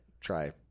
Try